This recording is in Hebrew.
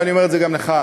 ואני אומר את זה גם לך,